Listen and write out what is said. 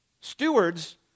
Stewards